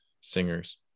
singers